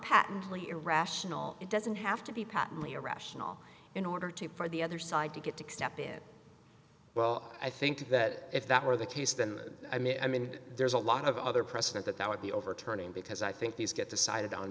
patently irrational it doesn't have to be patently irrational in order to for the other side to get to step in well i think that if that were the case then i mean i mean there's a lot of other precedent that that would be overturning because i think these get decided on